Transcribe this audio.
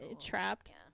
Trapped